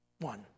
one